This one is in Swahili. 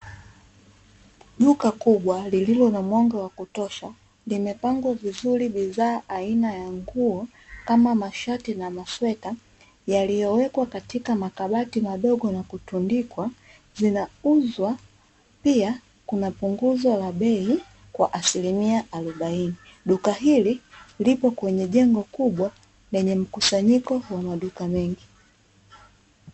Duka kubwa lililo na mwanga wa kutosha, limepangwa vizuri bidhaa aina ya nguo kama mashati na masweta, yaliyowekwa katika makabati madogo na kutundikwa, zinauzwa; pia kuna punguzo la bei kwa asilimia arobaini. Duka hili lipo kwenye jengo kubwa lenye mkusanyiko wa maduka mengi.